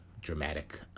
dramatic